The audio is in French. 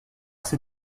ses